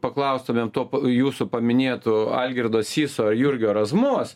paklaustumėm to jūsų paminėtų algirdo syso ar jurgio razmos